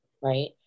right